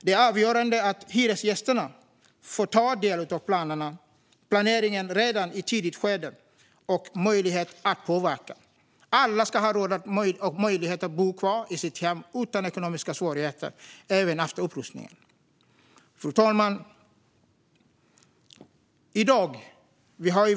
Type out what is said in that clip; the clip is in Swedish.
Det är avgörande att hyresgästerna får ta del av planeringen redan i ett tidigt skede och att de får möjlighet att påverka. Alla ska ha råd och möjlighet att bo kvar i sitt hem utan ekonomiska svårigheter, även efter upprustning. Fru talman!